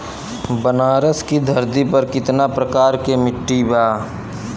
बनारस की धरती पर कितना प्रकार के मिट्टी बा?